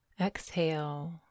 Exhale